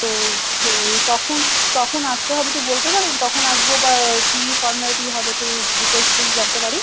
তো সে ওই কখন কখন আসতে হবে একটু বলতে পারবেন কখন আসবো বা কী ফরম্যালিটি হবে একটু ডিটেলসে যদি জানতে পারি